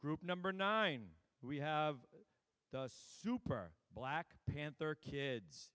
group number nine we have the super black panther kids